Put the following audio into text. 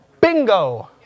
Bingo